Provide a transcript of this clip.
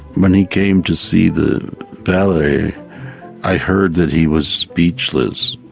when he came to see the ballet i heard that he was speechless,